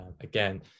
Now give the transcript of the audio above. again